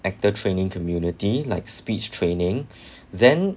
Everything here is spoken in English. actor training community like speech training then